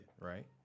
right